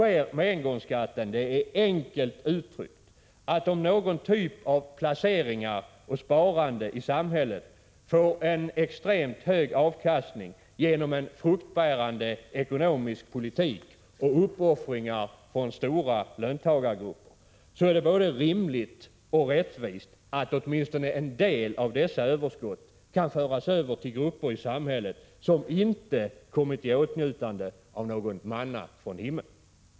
Och vad engångsskatten innebär är enkelt uttryckt att om någon typ av placeringar eller sparande i samhället får en extremt hög avkastning genom en fruktbärande ekonomisk politik och uppoffringar från stora löntagargrupper, så är det både rimligt och rättvist att åtminstone en del av dessa överskott kan föras över till grupper i samhället som inte kommit i åtnjutande av någon manna från himlen.